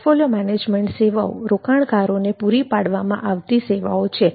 portfolio management સેવાઓ રોકાણકારોને પૂરી પાડવામાં આવતી સેવાઓ છે